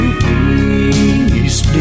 peace